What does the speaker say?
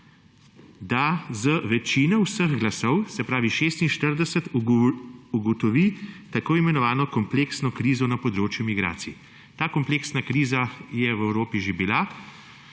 da z večino vseh glasov, se pravi 46, ugotovi tako imenovano kompleksno krizo na področju migracij. Ta kompleksna kriza je v Evropi že bila,